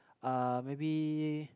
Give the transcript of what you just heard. uh maybe